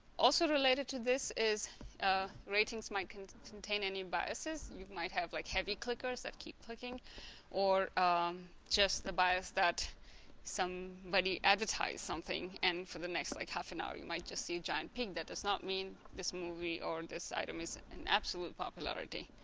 also related to this is ratings might contain contain any biases you might have like heavy clickers that keep clicking or um just the bias that somebody but advertised something and for the next like half an hour you might just see a giant peak that does not mean this movie or this item is an absolute popularity